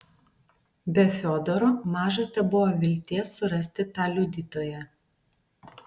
be fiodoro maža tebuvo vilties surasti tą liudytoją